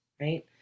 right